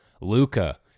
Luca